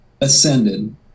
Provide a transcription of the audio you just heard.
ascended